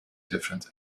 different